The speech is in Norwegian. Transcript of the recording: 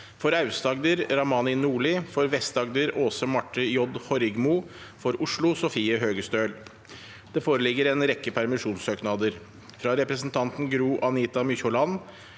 For Aust-Agder: Ramani Nordli For Vest-Agder: Aase Marthe J. Horrigmo For Oslo: Sofie Høgestøl Det foreligger en rekke permisjonssøknader: – fra representanten Gro-Anita Mykjåland